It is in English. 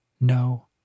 No